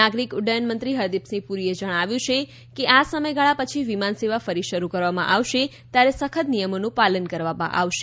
નાગરિક ઉદ્દયન મંત્રી હરદીપસિંહ પુરીએ જણાવ્યું હતું કે આ સમયગાળા પછી વિમાન સેવા ફરી શરૂ કરવામાં આવશે ત્યારે સખત નિયમોનું પાલન કરવામાં આવશે